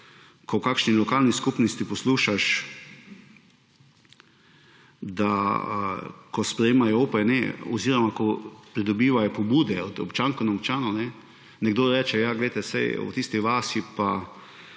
ko v kakšni lokalni skupnosti poslušaš, da ko sprejemajo OPN oziroma ko pridobivajo pobude od občank in občanov, nekdo reče, ja glejte, saj v tisti vasi pa